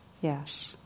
yes